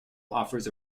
offers